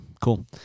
cool